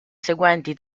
seguenti